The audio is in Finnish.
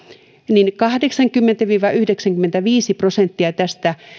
niin kahdeksankymmentä viiva yhdeksänkymmentäviisi prosenttia tästä